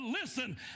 listen